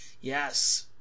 Yes